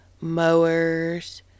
mowers